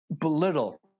belittle